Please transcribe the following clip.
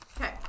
Okay